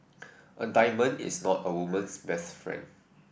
a diamond is not a woman's best friend